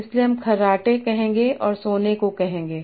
इसलिए हम खर्राटे कहेंगे और सोने को कहेंगे